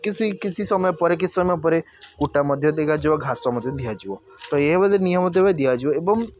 କି ସେହି କିଛି ସମୟ ପରେ କିଛି ସମୟ ପରେ କୁଟା ମଧ୍ୟ ଦିଆଯିବ ଘାସ ମଧ୍ୟ ଦିଆଯିବ ତ ଏହା ମଧ୍ୟ ନିୟମିତ ଭାବେ ଦିଆଯିବ ଏବଂ